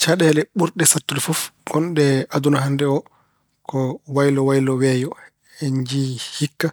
Caɗeele ɓurɗe sattude fof ngonɗe e aduna hannde oo ko wayloo-wayloo weeyo. En njiyii hikka